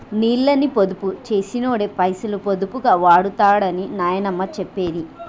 నీళ్ళని పొదుపు చేసినోడే పైసలు పొదుపుగా వాడుతడని నాయనమ్మ చెప్పేది